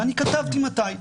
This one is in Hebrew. ואני כתבתי מתי.